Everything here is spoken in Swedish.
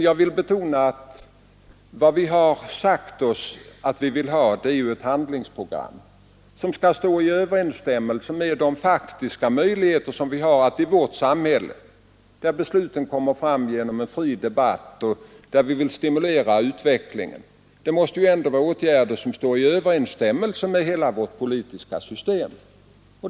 Jag vill betona att vad vi skall ha är ett handlingsprogram som står i överensstämmelse med de faktiska möjligheter vi har att stimulera utvecklingen i vårt samhälle, där besluten kommer fram genom en fri debatt. Våra åtgärder måste stå i överensstämmelse med hela vårt politiska system.